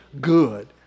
good